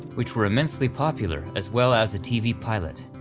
which were immensely popular, as well as a tv pilot,